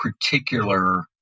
particular